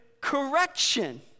correction